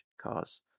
cars